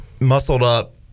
muscled-up